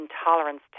intolerance